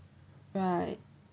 right